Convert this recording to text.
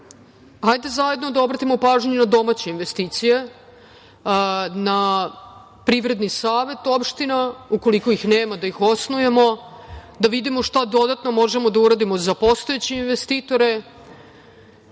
zajedno da obratimo pažnju na domaće investicije, na privredni savet opština, ukoliko ih nema, da ih osnujemo, da vidimo šta dodatno možemo da uradimo za postojeće investitore